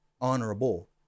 honorable